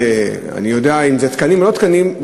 אני יודע אם זה תקנים או לא תקנים?